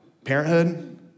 Parenthood